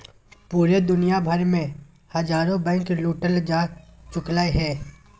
पूरे दुनिया भर मे हजारो बैंके लूटल जा चुकलय हें